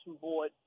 board